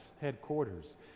headquarters